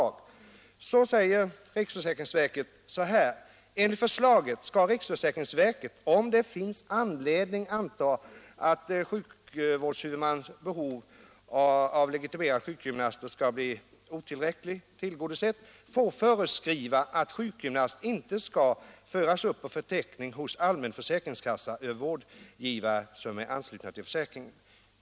Jag vill då framhålla att riksförsäkringsverket uttalat i sitt förslag att riksförsäkringsverket skall, om det finns anledning anta att sjukvårdshuvudmans behov av legitimerade sjukgymnaster skall bli otillräckligt tillgodosett, få föreskriva att privapraktiserande sjukgymnast inte skall föras upp på förteckningen hos allmän försäkringskassa över vårdgivare som är anslutna till försäkringen.